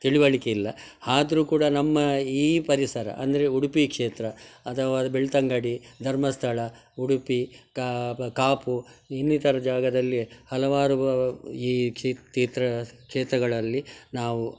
ತಿಳುವಳಿಕೆ ಇಲ್ಲ ಆದರೂ ಕೂಡ ನಮ್ಮ ಈ ಪರಿಸರ ಅಂದರೆ ಉಡುಪಿ ಕ್ಷೇತ್ರ ಅಥವಾ ಬೆಳ್ತಂಗಡಿ ಧರ್ಮಸ್ಥಳ ಉಡುಪಿ ಕಾ ಪ ಕಾಪು ಇನ್ನಿತರ ಜಾಗದಲ್ಲಿ ಹಲವಾರು ಈ ಕ್ಷೇ ತೀರ್ಥಕ್ಷೇತ್ರಗಳಲ್ಲಿ ನಾವು